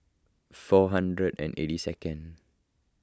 four hundred and eighty second